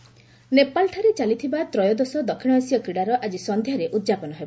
Asian Games ନେପାଳଠାରେ ଚାଲିଥିବା ତ୍ରୟୋଦଶ ଦକ୍ଷିଣ ଏସୀୟ କ୍ରୀଡ଼ାର ଆଜି ସନ୍ଧ୍ୟାରେ ଉଦ୍ଯାପନ ହେବ